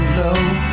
low